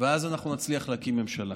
אז אנחנו נצליח להקים ממשלה.